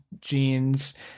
jeans